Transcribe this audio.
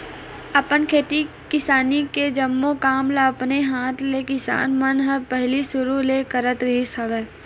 अपन खेती किसानी के जम्मो काम ल अपने हात ले किसान मन ह पहिली सुरु ले करत रिहिस हवय